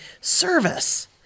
service